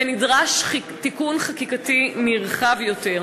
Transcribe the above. ונדרש תיקון חקיקתי נרחב יותר.